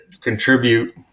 contribute